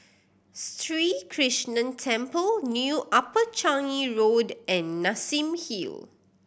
Sri Krishnan Temple New Upper Changi Road and Nassim Hill